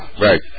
Right